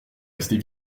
restée